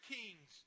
kings